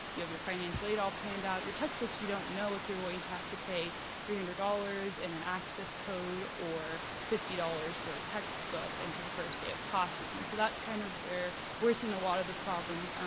you have your financial aid all planned out. your textbooks, you don't know if you're going to have to pay three hundred dollars and an access code or fifty dollars for a textbook until the first day of classes. and so that's kind of where we're seeing a lot of the problem,